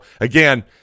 again